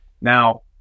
now